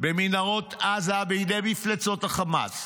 במנהרות עזה בידי מפלצות החמאס.